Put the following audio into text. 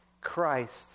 Christ